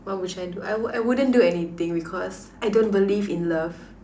what would I do I would I wouldn't do anything because I don't believe in love